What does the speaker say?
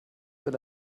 will